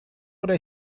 oder